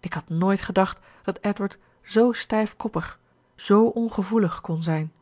ik had nooit gedacht dat edward zoo stijfkoppig zoo ongevoelig kon zijn